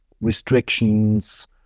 restrictions